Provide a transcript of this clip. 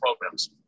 programs